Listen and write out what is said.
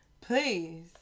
Please